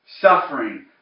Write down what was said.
suffering